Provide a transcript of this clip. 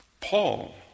Paul